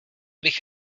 bych